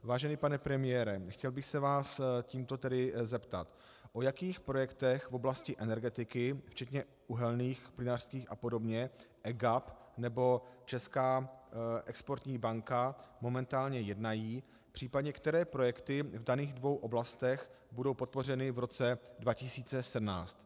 Vážený pane premiére, chtěl bych se vás tímto tedy zeptat, o jakých projektech v oblasti energetiky včetně uhelných, plynařských a podobně EGAP nebo Česká exportní banka momentálně jednají, případně které projekty v daných dvou oblastech budou podpořeny v roce 2017.